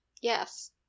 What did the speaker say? Yes